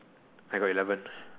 I got eleven